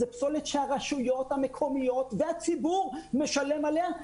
זה פסולת שהרשויות המקומיות והציבור משלם עליה,